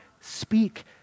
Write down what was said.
speak